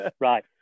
right